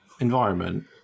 environment